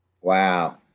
Wow